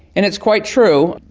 and it's quite true.